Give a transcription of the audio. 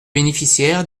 bénéficiaires